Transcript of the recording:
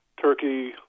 Turkey